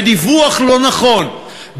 בדיווח לא נכון,